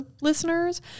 listeners